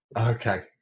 Okay